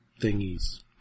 thingies